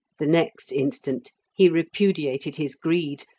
the next instant he repudiated his greed,